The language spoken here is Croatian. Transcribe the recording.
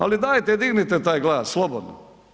Ali dajte dignite taj glas slobodno.